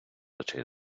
очей